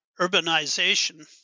urbanization